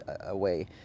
away